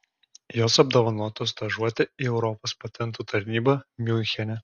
jos apdovanotos stažuote į europos patentų tarnybą miunchene